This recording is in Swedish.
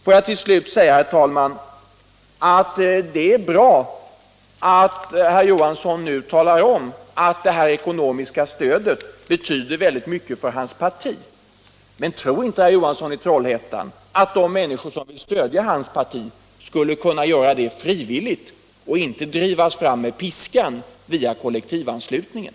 Får jag till slut säga, herr talman, att det är bra att herr Johansson nu talar om att det ekonomiska stödet genom kollektivanslutningen betyder mycket för hans parti. Men tror inte herr Johansson att de människor som vill stödja hans parti skulle kunna göra det frivilligt, och inte drivas fram med piskan via kollektivanslutningen?